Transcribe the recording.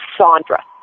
Sandra